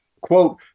quote